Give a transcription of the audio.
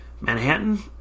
Manhattan